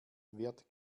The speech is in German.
wird